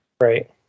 Right